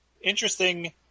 Interesting